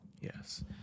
yes